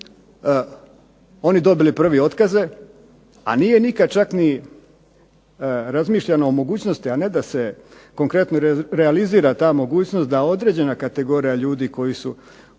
oni dobili prvi otkaze, a nije nikad, čak ni razmišljano o mogućnosti, a ne da se konkretno realizira ta mogućnost da određena kategorija ljudi, o kojima